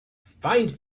find